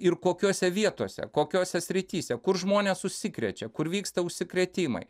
ir kokiose vietose kokiose srityse kur žmonės užsikrečia kur vyksta užsikrėtimai